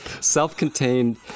self-contained